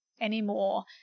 anymore